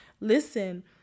listen